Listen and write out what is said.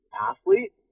athlete